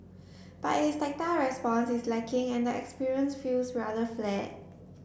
but its tactile response is lacking and the experience feels rather flat